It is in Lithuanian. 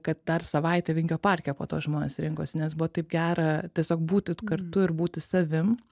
kad dar savaitę vingio parke po to žmonės rinkosi nes buvo taip gera tiesiog būti kartu ir būti savim